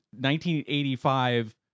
1985